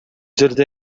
жерде